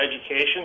education